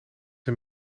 een